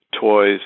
toys